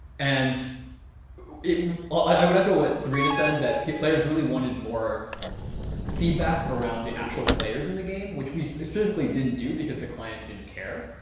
and i would echo what sabrina said, that players really wanted more feedback around the actual players in the game, which we specifically didn't do, because the client didn't care.